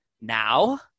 now